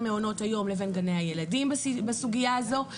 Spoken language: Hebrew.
מעונות היום לבין גני הילדים בסוגיה הזו.